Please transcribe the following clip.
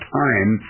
time